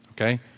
Okay